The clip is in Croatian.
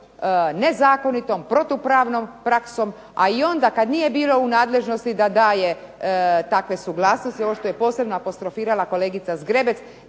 nezakonitom protupravnom praksom a i onda kad nije bilo u nadležnosti da daje takve suglasnosti, ovo što je posebno apostrofirala kolegica Zgrebec,